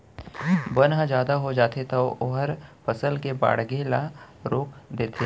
बन ह जादा हो जाथे त ओहर फसल के बाड़गे ल रोक देथे